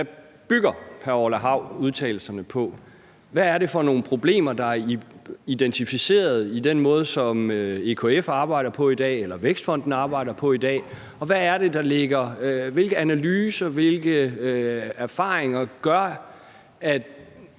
Hav bygger udtalelserne på. Hvad er det for nogle problemer, der er identificeret i den måde, som EKF arbejder på i dag, eller som Vækstfonden arbejder på i dag, og hvilke analyser, hvilke erfaringer gør, at